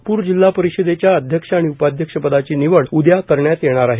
नागपूर जिल्ह्या परिषदेच्या अध्यक्ष आणि उपाध्यक्ष पदाची निवड उद्या करण्यात येणार आहे